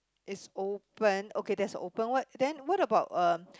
is open okay that's open what then what about uh